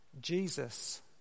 Jesus